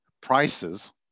prices